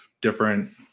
different